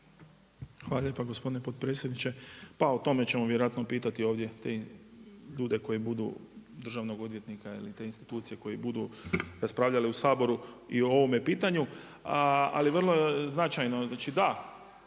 Hvala lijepa gospodine potpredsjedniče. Pa o tome ćemo vjerojatno pitati ovdje te ljude koji budu državnog odvjetnika ili te institucije koje budu raspravljale u Saboru i o ovome pitanju. Znači da,